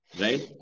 right